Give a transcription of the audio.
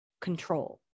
control